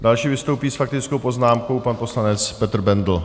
Další vystoupí s faktickou poznámkou pan poslanec Petr Bendl.